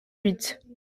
huit